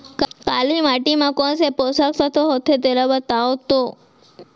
काली माटी म कोन से पोसक तत्व होथे तेला बताओ तो?